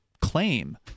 claim